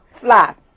flat